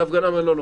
להפגנה.